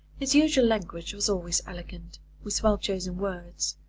his usual language was always elegant, with well chosen words,